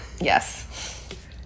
Yes